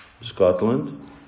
Scotland